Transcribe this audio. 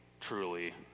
truly